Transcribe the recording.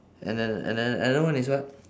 and then and then another one is what